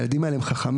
הילדים האלו חכמים,